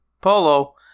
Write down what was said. polo